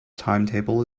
timetable